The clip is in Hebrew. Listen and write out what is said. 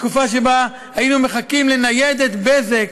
בתקופה שבה היינו מחכים לניידת בזק,